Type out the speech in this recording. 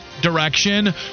direction